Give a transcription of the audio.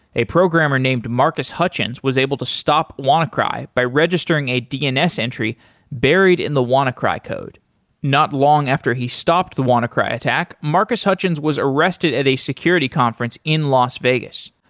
a programmer named marcus hutchins was able to stop wannacry by registering a dns entry buried in the wannacry code not long after he stopped the wannacry attack, marcus hutchins was arrested at a security conference in las vegas.